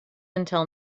until